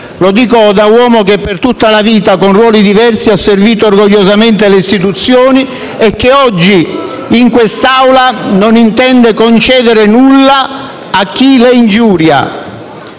lo dico da uomo che per tutta la vita, con ruoli diversi, ha servito orgogliosamente le istituzioni e che oggi in quest'Aula non intende concedere nulla a chi le ingiuria.